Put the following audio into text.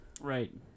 Right